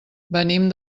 venim